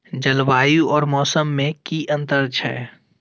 जलवायु और मौसम में कि अंतर छै?